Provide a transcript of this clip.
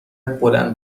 بلند